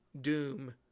doom